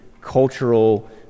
cultural